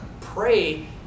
pray